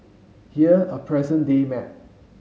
here a present day map